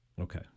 Okay